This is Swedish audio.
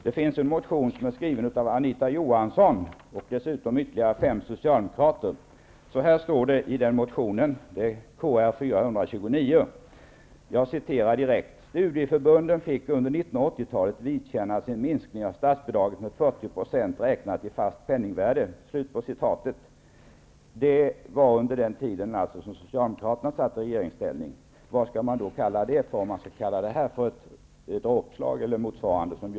Det finns en motion, Kr429, av Anita Johansson och ytterligare fem socialdemokrater, och där står det: ''Studieförbunden fick under 1980-talet vidkännas en minskning av statsbidraget med 40 % räknat i fast penningvärde.'' Det var under den tid som socialdemokraterna satt i regeringsställning. Vad skall man då kalla det för, om detta kallas för ett dråpslag?